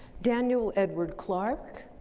daniel edward clarke,